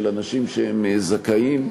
של אנשים שהם זכאים?